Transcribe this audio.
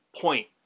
point